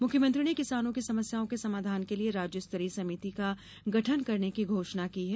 मुख्यमंत्री ने किसानों की समस्याओं के समाधान के लिये राज्य स्तरीय समिति का गठन करने की घोषणा की है